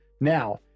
Now